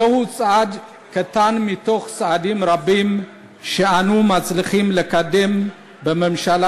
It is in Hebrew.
זהו צעד קטן מתוך צעדים רבים שאנו מצליחים לקדם בממשלה